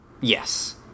Yes